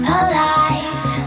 alive